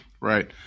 Right